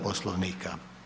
Poslovnika.